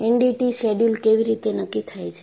NDT schedule કેવી રીતે નક્કી થાય છે